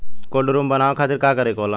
Cold room बनावे खातिर का करे के होला?